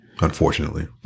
unfortunately